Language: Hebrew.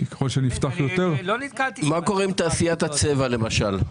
מה קורה עם תעשיית הצבע למשל?